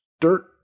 dirt